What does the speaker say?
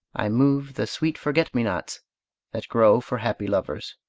i move the sweet forget-me-nots that grow for happy lovers.